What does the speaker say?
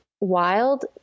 wild